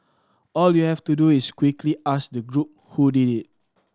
all you have to do is quickly ask the group who did it